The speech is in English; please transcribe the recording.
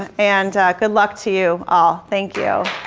and good luck to you all. thank you.